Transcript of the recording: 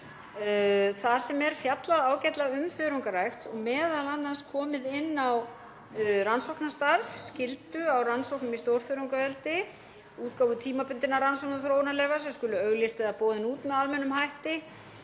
þar sem er fjallað ágætlega um þörungarækt, m.a. komið inn á rannsóknastarf, skyldu á rannsóknum í stórþörungaeldi, útgáfu tímabundinna rannsóknar- og þróunarleyfa sem skulu auglýst eða boðin út með almennum hætti